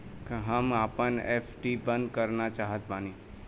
हम आपन एफ.डी बंद करना चाहत बानी